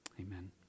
amen